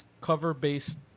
cover-based